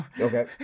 Okay